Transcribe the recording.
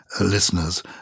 listeners